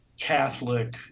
Catholic